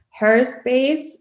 Herspace